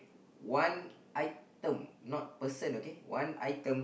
one item not person okay one item